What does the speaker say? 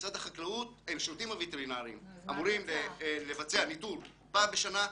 משרד החקלאות והשירותים הווטרינריים אמורים לבצע ניטור פעם בשנה.